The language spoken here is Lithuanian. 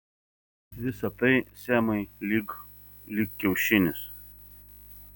visa tai semai lyg lyg kiaušinis